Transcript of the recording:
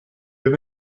have